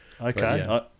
Okay